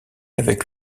avec